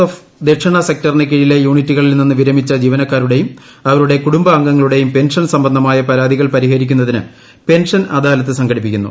F ദക്ഷിണ സെക്ടറിനു കീഴിലെ യൂണിറ്റുകളിൽ നിന്നു വിരമിച്ച ജീവനക്കാരുടെയും അവരുടെ കുടുംബാംഗങ്ങളുടെയും പെൻഷൻ സംബന്ധമായ പരാതികൾ പരിഹരിക്കുന്നതിന് പെൻഷൻ അദാലത്ത് സംഘടിപ്പിക്കുന്നു